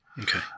Okay